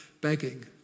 begging